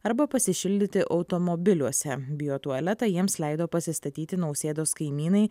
arba pasišildyti automobiliuose biotualetą jiems leido pasistatyti nausėdos kaimynai